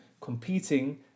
competing